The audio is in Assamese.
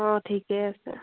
অঁ ঠিকেই আছে